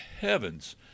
heavens